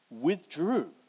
withdrew